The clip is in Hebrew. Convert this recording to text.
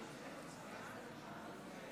רבותיי חברי